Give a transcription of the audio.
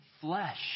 flesh